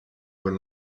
con